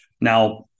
Now